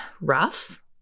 rough